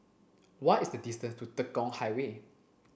what is the distance to Tekong Highway